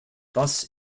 thus